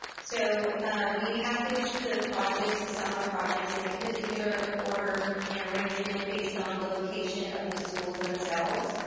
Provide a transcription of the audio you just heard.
so we packaged the projects, the summer projects, in a particular order and arrangement based on the location of the schools themselves.